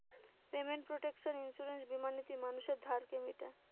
payment protection insurance বীমা নীতি মানুষের ধারকে মিটায়